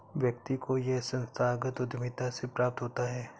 व्यक्ति को यह संस्थागत उद्धमिता से प्राप्त होता है